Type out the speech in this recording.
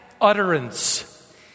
utterance